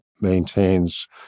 maintains